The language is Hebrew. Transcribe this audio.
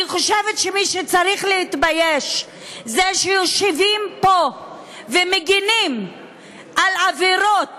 אני חושבת שמי שצריך להתבייש זה אלה שיושבים פה ומגינים על עבירות